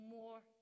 more